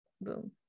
boom